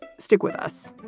stick with us